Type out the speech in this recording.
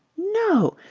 no!